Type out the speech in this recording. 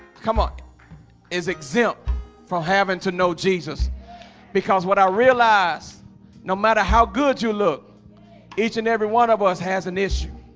come on is exempt from having to know jesus because what i realized no matter how good you look each and every one of us has an issue